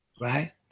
right